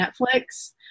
Netflix